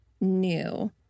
new